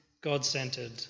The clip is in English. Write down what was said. God-centered